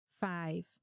five